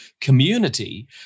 Community